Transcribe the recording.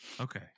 Okay